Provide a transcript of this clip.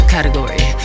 Category